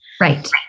Right